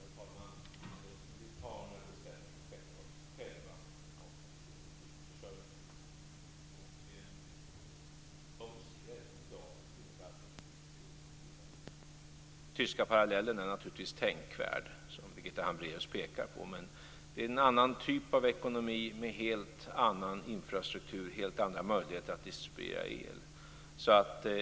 Herr talman! Litauerna bestämmer självfallet själva om sin energiförsörjning. De ser i dag inga alternativ till Ignalina. Den tyska parallellen är naturligtvis tänkvärd, som Birgitta Hambraeus pekar på. Men det är en annan typ av ekonomi med helt annan infrastruktur och helt andra möjligheter att distribuera el.